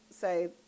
say